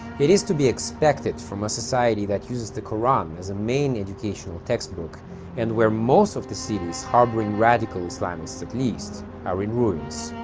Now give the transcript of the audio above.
it is to be expected from a society that uses the koran as a main educational textbook and where most of the city's harboring radical islamists least are in ruins